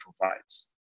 provides